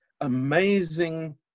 amazing